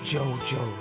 Jojo